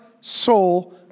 soul